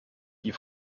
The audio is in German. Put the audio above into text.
die